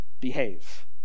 behave